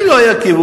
אם לא היה כיבוש,